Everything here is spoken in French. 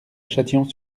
châtillon